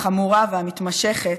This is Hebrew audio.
החמורה והמתמשכת,